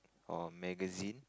or magazine